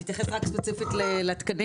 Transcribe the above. אני אתייחס ספציפית רק לתקנים?